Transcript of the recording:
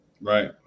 Right